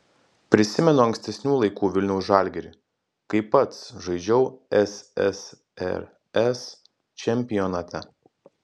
prisimenu ankstesnių laikų vilniaus žalgirį kai pats žaidžiau ssrs čempionate